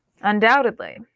undoubtedly